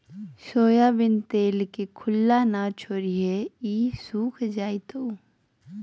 soybean तेल के खुल्ला न छोरीहें ई सुख जयताऊ